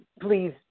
please